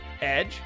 Edge